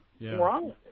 wrong